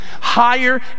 higher